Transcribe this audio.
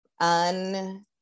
un